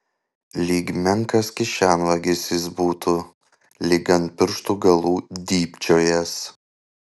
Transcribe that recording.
lyg menkas kišenvagis jis būtų lyg ant pirštų galų dybčiojąs